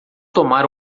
tomar